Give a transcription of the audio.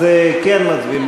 אז כן מצביעים.